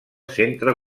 centre